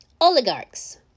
Oligarchs